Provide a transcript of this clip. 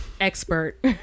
expert